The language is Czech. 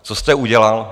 Co jste udělal?